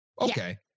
okay